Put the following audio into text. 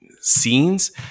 scenes